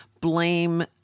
blame